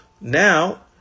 Now